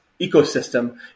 ecosystem